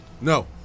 No